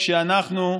כשאנחנו,